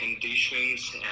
conditions